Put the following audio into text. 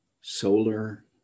solar